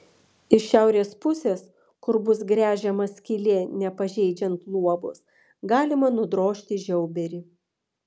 iš šiaurės pusės kur bus gręžiama skylė nepažeidžiant luobos galima nudrožti žiauberį